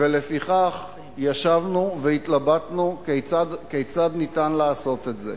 ולפיכך ישבנו והתלבטנו כיצד ניתן לעשות את זה.